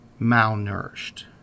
malnourished